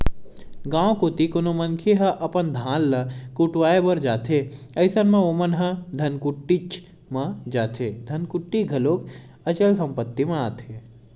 गाँव कोती कोनो मनखे ह अपन धान ल कुटावय बर जाथे अइसन म ओमन ह धनकुट्टीच म जाथे धनकुट्टी घलोक अचल संपत्ति म आथे